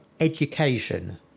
Education